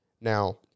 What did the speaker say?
Now